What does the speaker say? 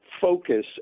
focus